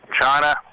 China